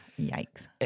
Yikes